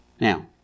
Now